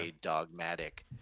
dogmatic